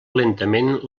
lentament